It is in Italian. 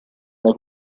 alla